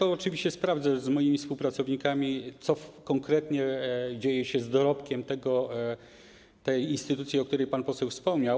Oczywiście sprawdzę z moimi współpracownikami, co konkretnie dzieje się z dorobkiem tej instytucji, o której pan poseł wspomniał.